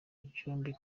byombi